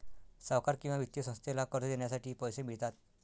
सावकार किंवा वित्तीय संस्थेला कर्ज देण्यासाठी पैसे मिळतात